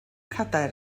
cadair